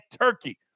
Turkey